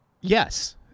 Yes